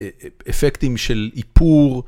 אפקטים של איפור,